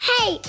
Hey